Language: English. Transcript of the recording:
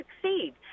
succeed